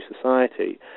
society